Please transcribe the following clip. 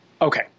Okay